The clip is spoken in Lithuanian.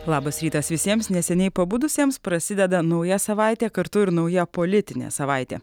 labas rytas visiems neseniai pabudusiems prasideda nauja savaitė kartu ir nauja politinė savaitė